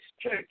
church